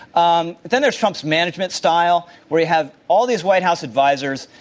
um then there's trump's management style where you have all these white house advisors.